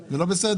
זה לא בסדר.